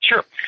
Sure